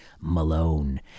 Malone